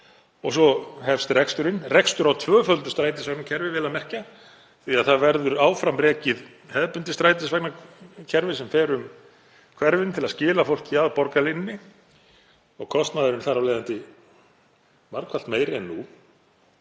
Svo hefst reksturinn, rekstur á tvöföldu strætisvagnakerfi vel að merkja því að það verður áfram rekið hefðbundið strætisvagnakerfi sem fer um hverfin til að skila fólki að borgarlínunni og kostnaðurinn þar af leiðandi margfalt meiri en nú.